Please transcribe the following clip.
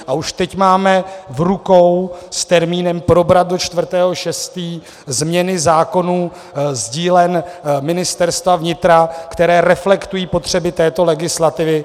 A už teď máme v rukou s termínem probrat do 4. 6. změny zákonů z dílen Ministerstva vnitra, které reflektují potřeby této legislativy.